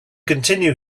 continue